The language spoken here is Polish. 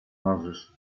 marzysz